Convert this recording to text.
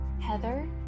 Heather